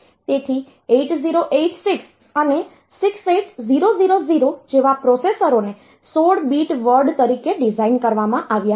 તેથી 8086 અને 68000 જેવા પ્રોસેસરોને 16 બીટ વર્ડ તરીકે ડિઝાઇન કરવામાં આવ્યા હતા